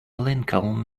lincoln